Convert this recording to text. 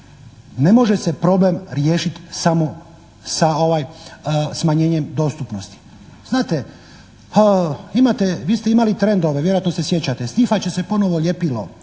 ne može se problem riješiti samo sa smanjenjem dostupnosti. Znate, imate, vi ste imali trendove vjerojatno se sjećate, snifat će se ponovo ljepilo,